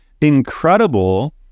incredible